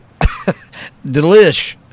Delish